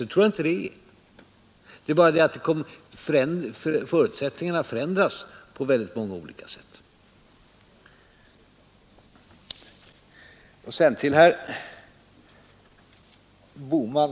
Jag tror inte att så är fallet. Det är bara så att förutsättningarna förändras på oerhört många olika sätt.